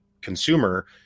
consumer